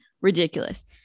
ridiculous